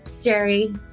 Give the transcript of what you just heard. Jerry